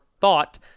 thought